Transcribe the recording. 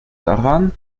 daran